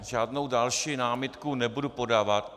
Žádnou další námitku nebudu podávat.